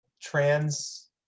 trans